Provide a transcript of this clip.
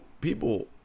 people